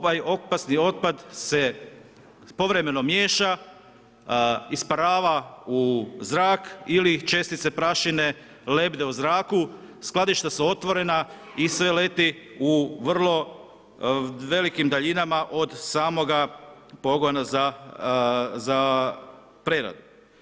Ovaj opasni otpad se povremeno miješa, isparava u zrak ili čestice prašine lebde u zraku, skladišta su otvorena i sve leti u vrlo velikim daljinama od samoga pogona za preradu.